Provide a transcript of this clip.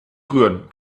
rühren